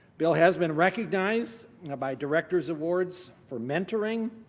bill has been recognized by directors awards for mentoring,